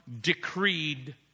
decreed